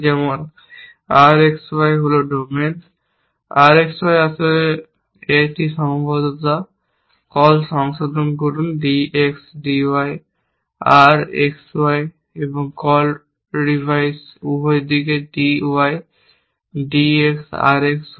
যেমন RXY হল domain RXY হল আসল একটি সীমাবদ্ধতা কল সংশোধন করুন DXDY RXY এবং কল রিভাইস উভয় দিকে DYDXRX Y